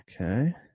Okay